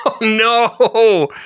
No